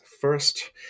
First